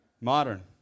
Modern